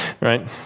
right